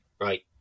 right